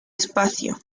espacio